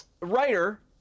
writer